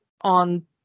on